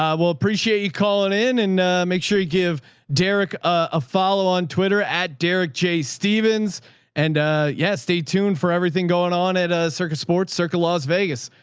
um well, appreciate you calling in and make sure you give derek a follow on twitter at derek j stevens and yeah, stay tuned for everything going on at a circuit sports circle, las vegas,